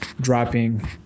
dropping